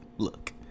Look